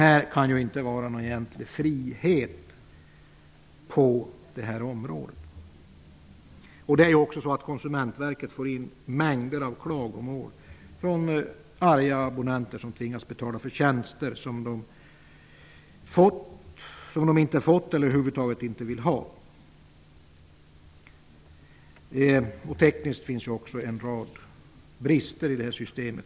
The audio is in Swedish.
Det kan ju inte vara någon egentlig frihet på området. Konsumentverket får också in mängder av klagomål från abonnenter som tvingas betala för tjänster som de inte har fått eller över huvud taget inte vill ha. Det finns också en rad tekniska brister i detta system.